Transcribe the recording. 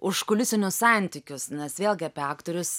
užkulisinius santykius nes vėlgi apie aktorius